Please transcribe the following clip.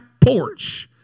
porch